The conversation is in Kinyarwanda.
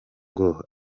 ngo